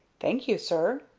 thank you, sir.